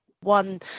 one